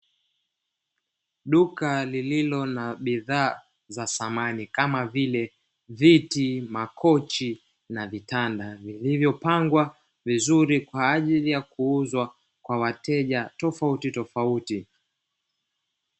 Duka lililo na bidhaa za samani kama vile viti, makochi na vitanda, vilivyopangwa vizuri kwa ajili ya kuuzwa kwa wateja tofautitofauti.